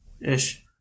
ish